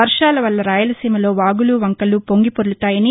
వర్వాల వల్ల రాయలసీమలో వాగులు వంకలు పొంగిపొర్లతాయని